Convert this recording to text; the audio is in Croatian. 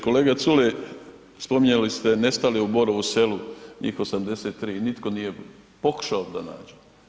Kolega Culej, spominjali ste nestale u Borovu Selu njih 83 nitko nije pokušao da nađe.